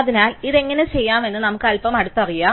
അതിനാൽ ഇത് എങ്ങനെ ചെയ്യാമെന്ന് നമുക്ക് അൽപ്പം അടുത്തറിയാം